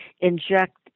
inject